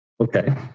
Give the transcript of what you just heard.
Okay